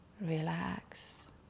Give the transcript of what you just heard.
relax